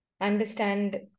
understand